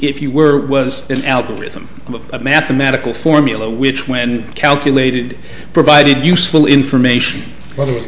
if you were was an algorithm a mathematical formula which when calculated provided useful information whether it was